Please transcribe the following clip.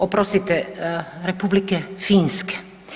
Oprostite, Republike Finske.